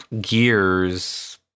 Gears